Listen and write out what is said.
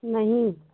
नहीं